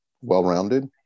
well-rounded